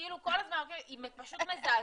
היא פשוט מזעזעת.